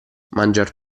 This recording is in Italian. mangiar